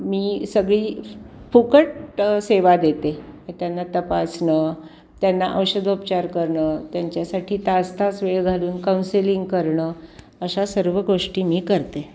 मी सगळी फुकट सेवा देते त्यांना तपासणं त्यांना औषधोपचार करणं त्यांच्यासाठी तास तास वेळ घालवून काउन्सिलिंग करणं अशा सर्व गोष्टी मी करते